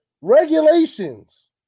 regulations